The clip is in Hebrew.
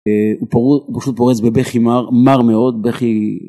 הוא פשוט פורץ בבכי מר, מר מאוד בכי